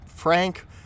Frank